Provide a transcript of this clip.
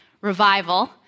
revival